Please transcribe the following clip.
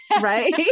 Right